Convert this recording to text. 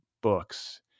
books